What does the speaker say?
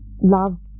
Love